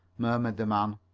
murmured the man.